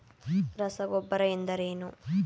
ರಸಗೊಬ್ಬರ ಎಂದರೇನು?